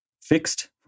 fixed